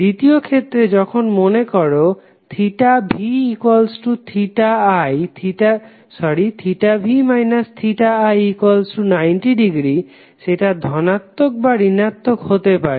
দ্বিতীয় ক্ষেত্রে যখন মনে করো v θi±90° সেটা ধনাত্মক বা ঋণাত্মক হতে পারে